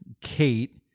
Kate